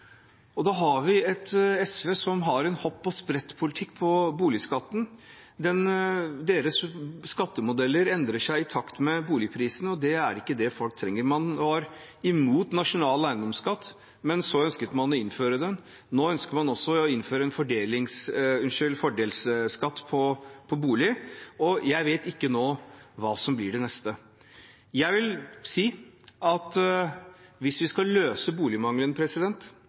avgjørende. Da har vi et SV som har en hopp-og-sprett-politikk når det gjelder boligskatten. Deres skattemodeller endrer seg i takt med boligprisene, og det er ikke det folk trenger. Man var imot nasjonal eiendomsskatt, men så ønsket man å innføre det. Nå ønsker man også å innføre en fordelsskatt på bolig. Jeg vet ikke hva som blir det neste. Jeg vil si at hvis vi skal løse boligmangelen,